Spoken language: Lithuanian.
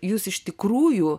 jūs iš tikrųjų